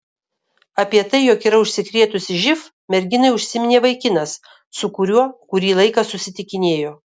apie tai jog yra užsikrėtusi živ merginai užsiminė vaikinas su kuriuo kurį laiką susitikinėjo